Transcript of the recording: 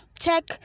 Check